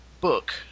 book